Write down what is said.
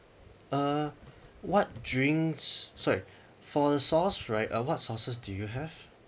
uh what drinks sorry for the sauce right uh what sauces do you have